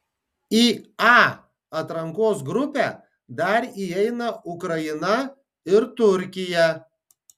į a atrankos grupę dar įeina ukraina ir turkija